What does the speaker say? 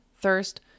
thirst